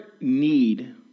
need